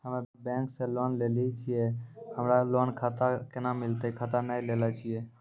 हम्मे बैंक से लोन लेली छियै हमरा लोन खाता कैना मिलतै खाता नैय लैलै छियै?